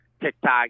TikTok